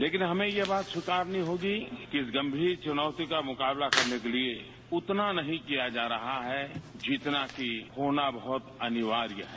लेकिन हमें ये बात स्वीकारनी होगी कि इस गम्भीर चुनौती का मुकाबला करने को लिए उतना नहीं किया जा रहा है जितना कि होना बहुत अनिवार्य है